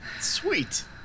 Sweet